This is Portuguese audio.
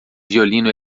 violino